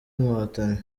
nkotanyi